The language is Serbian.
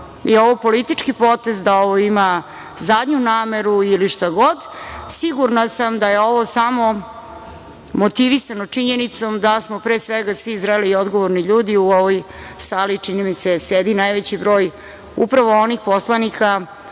je ovo politički potez, da ovo ima zadnju nameru ili šta god. Sigurna sam da je ovo samo motivisano činjenicom da smo pre svega svi zreli i odgovorni ljudi u ovoj sali i, čini mi se, sedi najveći broj upravo onih poslanika